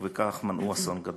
ובכך מנעו אסון גדול.